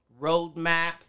Roadmap